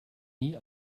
nie